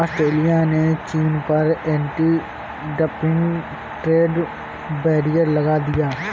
Australia ने चीन पर एंटी डंपिंग ट्रेड बैरियर लगा दिया